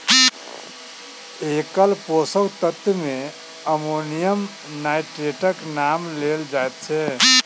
एकल पोषक तत्व मे अमोनियम नाइट्रेटक नाम लेल जाइत छै